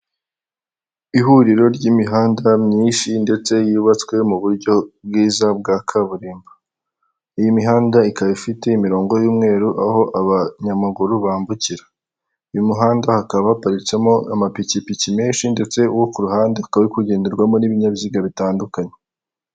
Ihuriro ry'imihanda myinshi ndetse yubatswe mu buryo bwiza bwa kaburimbo, iyi mihanda ikaba ifite imirongo y'umweru aho abanyamaguru bambukira, uyu muhanda hakaba haparitsemo amapikipiki menshi ndetse uwo ku ruhande ukaba uri kugenderwamo n'ibinyabiziga bitandukanye.